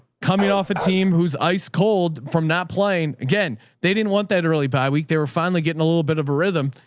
coming off a team who's ice cold from not playing again. they didn't want that early by week. they were finally getting a little bit of a rhythm.